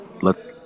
let